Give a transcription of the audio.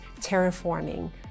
terraforming